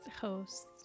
hosts